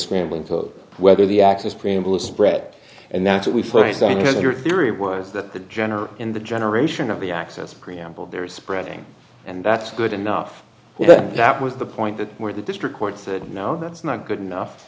scrambling to whether the access preamble is spread and that's what we focused on your theory was that the general in the generation of the access preamble there is spreading and that's good enough but that was the point that where the district court said now that's not good enough